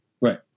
Right